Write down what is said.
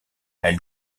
elle